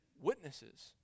Witnesses